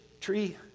tree